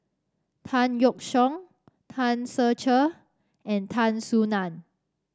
Tan Yeok Seong Tan Ser Cher and Tan Soo Nan